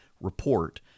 report